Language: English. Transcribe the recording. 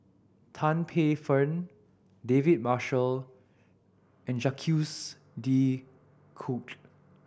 Tan Paey Fern David Marshall and Jacques De Coutre